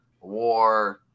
war